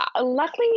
luckily